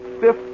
fifth